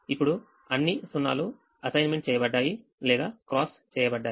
ఇప్పుడు అన్ని 0 లు అసైన్మెంట్ చేయబడ్డాయి లేదా cross చేయబడ్డాయి